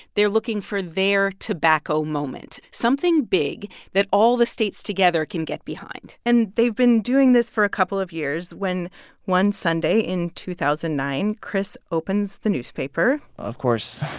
they're looking for their tobacco moment something big that all the states together can get behind and they've been doing this for a couple of years when one sunday in two thousand and nine chris opens the newspaper of course,